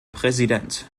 präsident